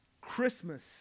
Christmas